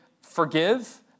forgive